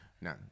Now